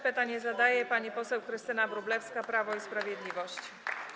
Pytanie zadaje pani poseł Krystyna Wróblewska, Prawo i Sprawiedliwość.